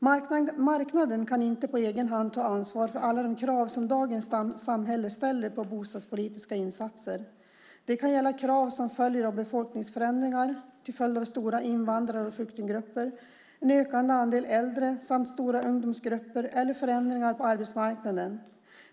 Marknaden kan inte på egen hand ta ansvar för alla de krav som dagens samhälle ställer på bostadspolitiska insatser. Det kan gälla krav som följer av befolkningsförändringar, av stora invandrar och flyktinggrupper, en ökande andel äldre samt stora ungdomsgrupper eller förändringar på arbetsmarknaden.